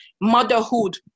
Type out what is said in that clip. motherhood